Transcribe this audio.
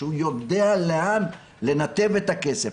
שהוא יודע לאן לנתב את הכסף,